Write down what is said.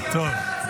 אין לנו משרד.